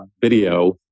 video